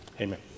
Amen